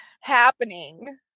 happening